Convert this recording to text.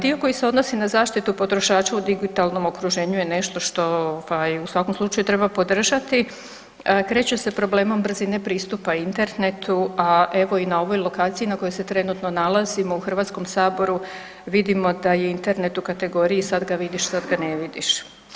Dio koji se odnosi na zaštitu potrošača u digitalnom okruženju je nešto što u svakom slučaju treba podržati, kreće sa problemom brzine pristupa Internetu, a evo i na ovoj lokaciji na kojoj se trenutno nalazimo u HS-u vidimo da je Internet u kategoriji sad ga vidiš, sad ga ne vidiš.